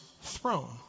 throne